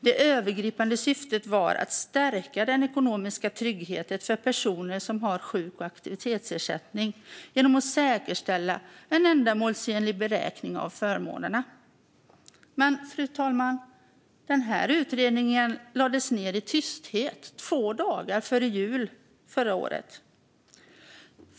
Det övergripande syftet var att stärka den ekonomiska tryggheten för personer som har sjuk och aktivitetsersättning genom att säkerställa en ändamålsenlig beräkning av förmånerna. Men, fru talman, utredningen lades ned i tysthet två dagar före jul förra året.